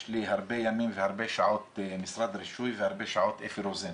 יש לי הרבה ימים והרבה שעות משרד רישוי והרבה שעות אפי רוזן.